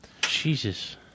Jesus